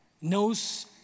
knows